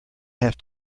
have